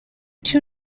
two